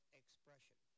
expression